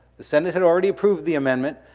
the senate had already approved the amendment,